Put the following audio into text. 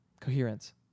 Coherence